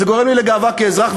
זה גורם לגאווה כאזרח,